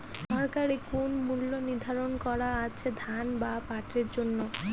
সরকারি কোন মূল্য নিধারন করা আছে ধান বা পাটের জন্য?